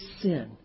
sin